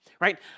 right